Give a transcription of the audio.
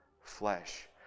flesh